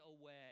away